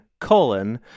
colon